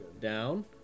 down